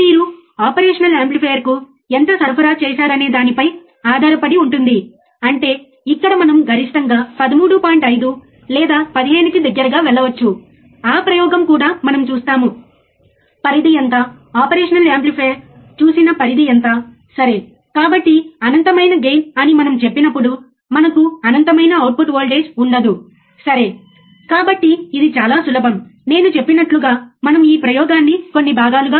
నేను మీకు నేర్పించిన ఈ ప్రయోగంలో మీరు పని చేస్తున్నారని అనుకుందాం మరియు ఒక్క సిగ్నల్ లేదని మీరు చూస్తారు మరియు మీరు ఓహ్ ఇది పనిచేయడం లేదు మరోసారి ప్రయత్నించండి మరోసారి ప్రయత్నించండి మీరు విజయవంతమవుతారు అదే అతను కూడా చెప్పాడు విజయవంతం కావడానికి చాలా నిర్దిష్టమైన మార్గం మరోసారి ప్రయత్నించడం